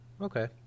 Okay